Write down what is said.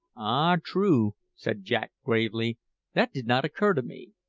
ah, true! said jack gravely that did not occur to me.